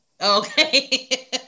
okay